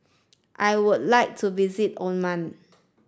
I would like to visit Oman